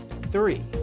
Three